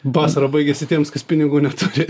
vasara baigiasi tiems kas pinigų neturi